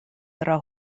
tra